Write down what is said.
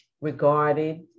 regarded